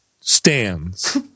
stands